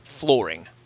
flooring